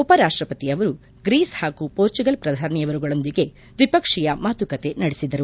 ಉಪರಾಷ್ಷಪತಿ ಅವರು ಗ್ರೀಸ್ ಹಾಗೂ ಪೋರ್ಚುಗಲ್ ಪ್ರಧಾನಿಯವರುಗಳೊಂದಿಗೆ ದ್ವಿಪಕ್ಷೀಯ ಮಾತುಕತೆ ನಡೆಸಿದರು